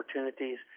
opportunities